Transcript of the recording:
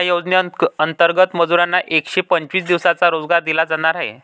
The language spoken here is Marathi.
या योजनेंतर्गत मजुरांना एकशे पंचवीस दिवसांचा रोजगार दिला जाणार आहे